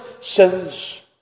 sins